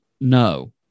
no